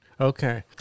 okay